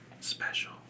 Special